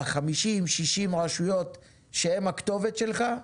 את החמישים-שישים רשויות שהן הכתובת שלך,